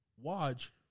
Watch